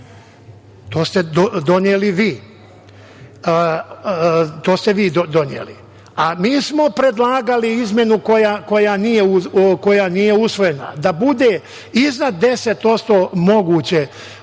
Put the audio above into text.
To ste doneli vi, a mi smo predlagali izmenu koja nije usvojena, da bude iznad 10% moguće,